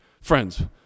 Friends